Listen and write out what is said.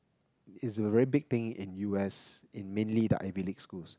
is a very big thing in U_S in mainly the Ivy League schools